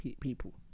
people